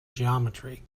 geometry